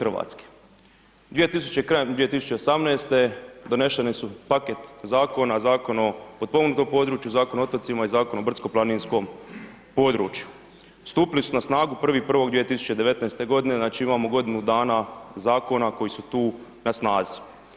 Krajem 2018. donešeni su paket zakona, Zakon o potpomognutom području, Zakon o otocima i Zakon o brdsko planinskom području, stupili su na snagu 1.1.2019.g., znači imamo godinu dana zakona koji su tu na snazi.